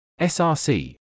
src